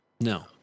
No